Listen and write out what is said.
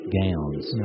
gowns